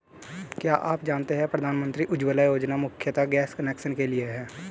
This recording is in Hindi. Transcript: क्या आप जानते है प्रधानमंत्री उज्ज्वला योजना मुख्यतः गैस कनेक्शन के लिए है?